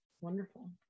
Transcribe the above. Wonderful